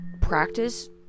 practice